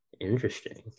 interesting